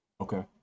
Okay